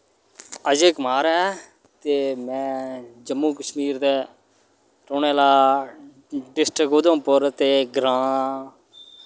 अजय कुमार ऐ ते मैं जम्मू कश्मीर दा रोह्ने आह्ला ते डिस्ट्रिक्ट उधमपुर ते ग्रां